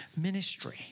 ministry